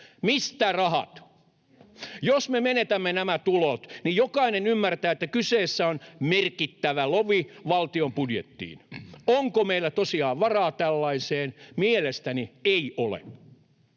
Mistä rahat? Jos me menetämme nämä tulot, niin jokainen ymmärtää, että kyseessä on merkittävä lovi valtion budjettiin. Onko meillä tosiaan varaa tällaiseen? Mielestäni ei ole.